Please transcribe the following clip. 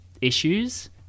issues